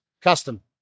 Custom